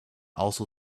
also